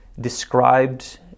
described